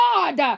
God